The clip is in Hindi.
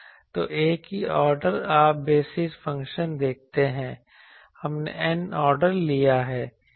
तो एक ही ऑर्डर आप बेसिस फंक्शन देखते हैं हमने N ऑर्डर लिया है